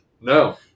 No